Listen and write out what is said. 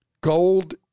Gold